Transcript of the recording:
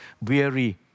weary